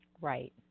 Right